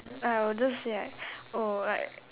I will just say like oh like